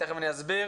ותכף אסביר,